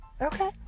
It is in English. Okay